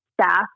staff